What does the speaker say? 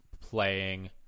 playing